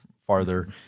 farther